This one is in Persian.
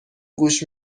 گوش